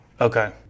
Okay